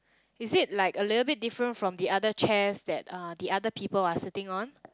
is it like a little bit different from the other chairs that uh the other people are sitting on